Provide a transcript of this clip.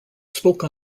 spoke